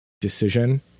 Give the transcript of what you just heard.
decision